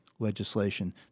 legislation